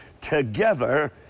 Together